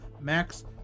Max